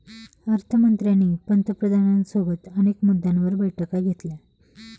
अर्थ मंत्र्यांनी पंतप्रधानांसोबत अनेक मुद्द्यांवर बैठका घेतल्या